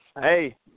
hey